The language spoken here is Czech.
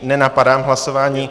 Nenapadám hlasování.